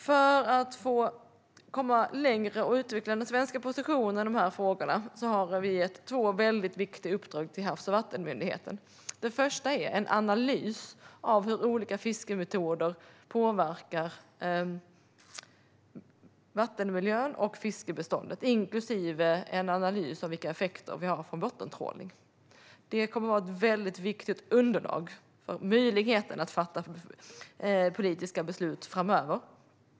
För att komma längre och utveckla den svenska positionen i dessa frågor har vi gett två viktiga uppdrag till Havs och vattenmyndigheten. Det första uppdraget är att det ska göras en analys av hur olika fiskemetoder påverkar vattenmiljön och fiskebeståndet inklusive en analys av effekterna av bottentrålning. Det kommer att vara ett viktigt underlag för politiska beslut framöver.